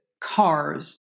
cars